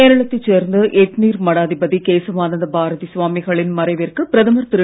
கேரளத்தைச் சேர்ந்த எட்நீர் மடாதிபதி கேசவானந்த பாரதி சுவாமிகளின் மறைவிற்கு பிரதமர் திரு